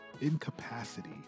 incapacity